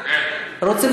השר הסכים